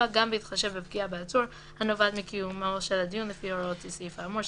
גם בהתחשב בפגיעה בעצור הנובעת מקיומו של הדיון לפי הוראות הסעיף האמור,